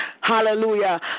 Hallelujah